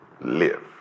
live